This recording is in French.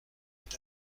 est